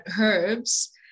herbs